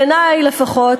בעיני לפחות,